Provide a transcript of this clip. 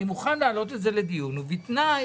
אני מוכן להעלות את זה לדיון ובתנאי